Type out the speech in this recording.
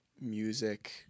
music